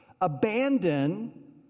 abandon